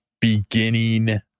beginning